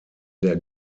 der